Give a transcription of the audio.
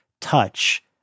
touch